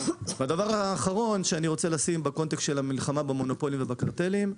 והדבר האחרון שאני רוצה לשים בקונטקסט של המלחמה במונופולים ובקרטלים,